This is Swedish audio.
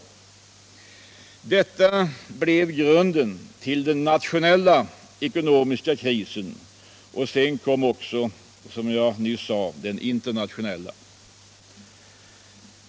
Detta blev grunden till den nationella ekonomiska krisen, och sedan kom också, som jag nyss sade, den internationella.